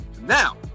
now